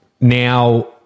Now